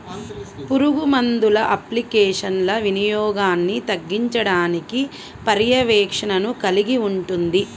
పురుగుమందుల అప్లికేషన్ల వినియోగాన్ని తగ్గించడానికి పర్యవేక్షణను కలిగి ఉంటుంది